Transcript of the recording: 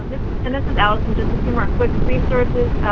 and this is alison. just a few more quick resources.